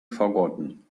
forgotten